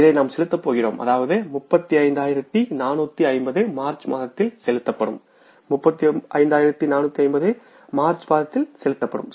இதை நாம் செலுத்தப் போகிறோம்அதாவது 35450 மார்ச் மாதத்தில் செலுத்தப்படும் 35450 மார்ச் மாதத்தில் செலுத்தப்படும்